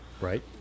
Right